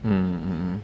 mm mm mm